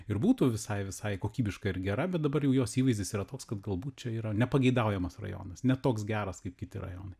ir būtų visai visai kokybiška ir gera bet dabar jau jos įvaizdis yra toks kad galbūt čia yra nepageidaujamas rajonas ne toks geras kaip kiti rajonai